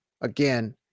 again